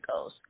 goes